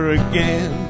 again